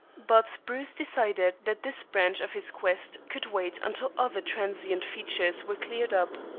but bruce decided that this branch of his quest could wait until other transient features were cleared up.